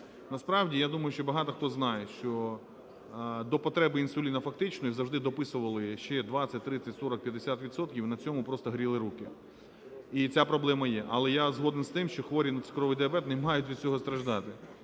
Насправді, я думаю, що багато хто знає, що до потреби інсуліну фактичної завжди дописували ще 20, 30, 40, 50 відсотків і на цьому просто "гріли руки", і ця проблема є. Але я згоден з тим, що хворі на цукровий діабет не мають від цього страждати.